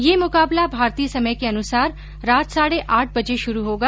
यह मुकाबला भारतीय समय के अनुसार रात साढ़े आठ बजे शुरू होगा